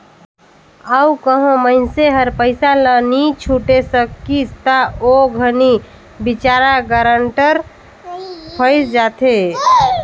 अउ कहों मइनसे हर पइसा ल नी छुटे सकिस ता ओ घनी बिचारा गारंटर फंइस जाथे